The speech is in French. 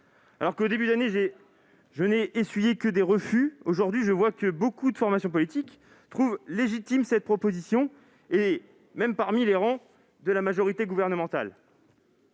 Alors qu'au début de l'année je n'ai essuyé que des refus, j'observe, aujourd'hui, que beaucoup de formations politiques trouvent légitime cette proposition, même dans les rangs de la majorité gouvernementale.